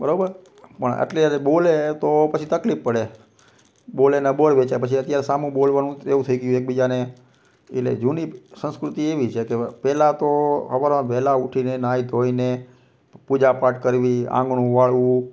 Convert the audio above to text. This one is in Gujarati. બરાબર પણ એટલી હદે બોલે તો પછી તકલીફ પડે બોલે એના બોર વેચાય પછી અત્યારે સામું બોલવાનું એવું થઈ ગયું એકબીજાને એટલે જૂની સંસ્કૃતિ એવી છે કે પહેલાં તો સવારે વેલા ઊઠીને નાહી ધોઈને પૂજા પાઠ કરી આંગણું વાળવું